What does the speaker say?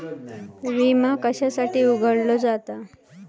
विमा कशासाठी उघडलो जाता?